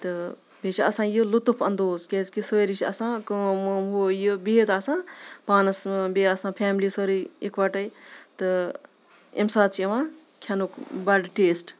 تہٕ بیٚیہِ چھِ آسان یہِ لُطُف اندوز کیازِکہِ سٲری چھِ آسان کٲم وٲم ہُہ یہِ بِہِتھ آسان پانَس بیٚیہِ آسان فیملی سٲرٕے اِکوَٹَے تہٕ اَمہِ ساتہٕ چھِ یِوان کھٮ۪نُک بَڑٕ ٹیسٹ